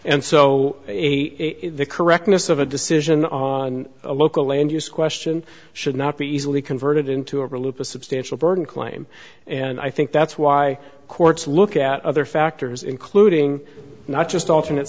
and so the correctness of a decision on a local land use question should not be easily converted into a real loop a substantial burden claim and i think that's why courts look at other factors including not just alternate